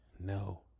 no